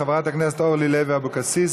חברת הכנסת אורלי לוי אבקסיס,